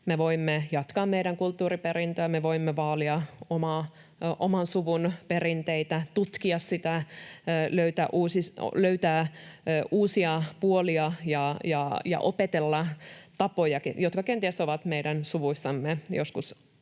Me voimme jatkaa meidän kulttuuriperintöämme, me voimme vaalia oman suvun perinteitä, tutkia sitä, löytää uusia puolia ja opetella tapoja, jotka kenties ovat meidän suvuissamme joskus